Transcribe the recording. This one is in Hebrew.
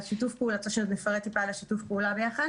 את רוצה שנפרט טיפה על שיתוף הפעולה ביחד?